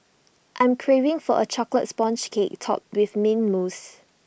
I am craving for A Chocolate Sponge Cake Topped with Mint Mousse